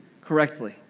correctly